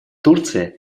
турция